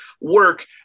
work